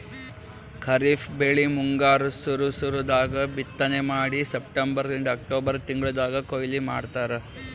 ಖರೀಫ್ ಬೆಳಿ ಮುಂಗಾರ್ ಸುರು ಸುರು ದಾಗ್ ಬಿತ್ತನೆ ಮಾಡಿ ಸೆಪ್ಟೆಂಬರಿಂದ್ ಅಕ್ಟೋಬರ್ ತಿಂಗಳ್ದಾಗ್ ಕೊಯ್ಲಿ ಮಾಡ್ತಾರ್